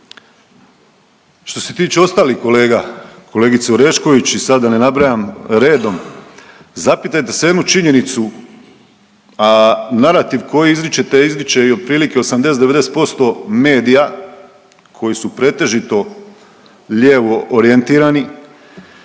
Što se tiče ostalih kolega, kolegice Orešković i sad da ne nabrajam redom, zapitajte se jednu činjenicu, a narativ koji izričete, a izriče ih otprilike 80, 90% medija koji su pretežito lijevo orijentirani,